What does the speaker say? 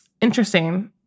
interesting